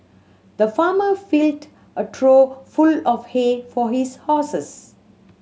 the farmer filled a trough full of hay for his horses